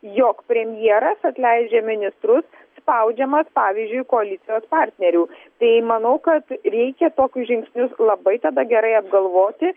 jog premjeras atleidžia ministrus spaudžiamas pavyzdžiui koalicijos partnerių tai manau kad reikia tokius žingsnius labai tada gerai apgalvoti